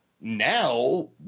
now